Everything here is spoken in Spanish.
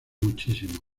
muchísimo